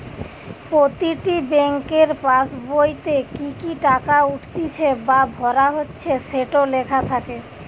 প্রতিটি বেংকের পাসবোইতে কি কি টাকা উঠতিছে বা ভরা হচ্ছে সেটো লেখা থাকে